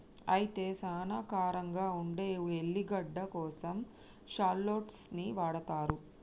అయితే సానా కారంగా ఉండే ఎల్లిగడ్డ కోసం షాల్లోట్స్ ని వాడతారు